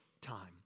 time